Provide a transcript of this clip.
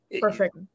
Perfect